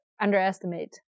underestimate